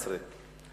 18)